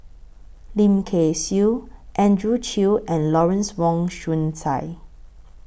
Lim Kay Siu Andrew Chew and Lawrence Wong Shyun Tsai